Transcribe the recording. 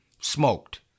smoked